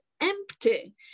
empty